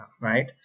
right